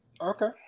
Okay